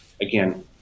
again